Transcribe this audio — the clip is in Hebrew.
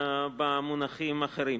במונחים אחרים.